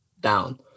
down